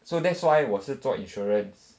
so that's why 我是做 insurance